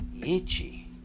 itchy